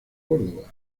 córdoba